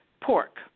pork